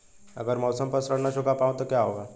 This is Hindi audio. अगर म ैं समय पर ऋण न चुका पाउँ तो क्या होगा?